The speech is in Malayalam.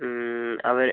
അവർ